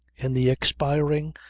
in the expiring,